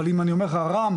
אבל אם אני אומר לך 'רם,